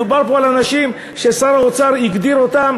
מדובר פה על אנשים ששר האוצר הגדיר אותם